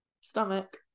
stomach